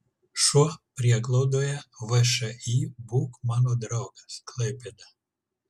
šuo prieglaudoje všį būk mano draugas klaipėda